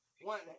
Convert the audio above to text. One